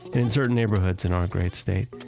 and in certain neighborhoods in our great state,